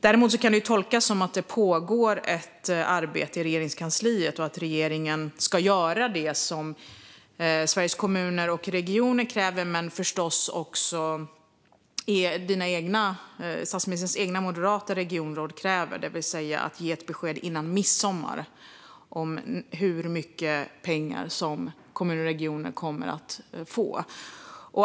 Däremot kan det tolkas som att det pågår ett arbete i Regeringskansliet och att regeringen ska göra det som Sveriges Kommuner och Regioner kräver men också statsministerns egna moderata regionråd kräver. Det är att ge ett besked innan midsommar om hur mycket pengar som kommuner och regioner kommer att få.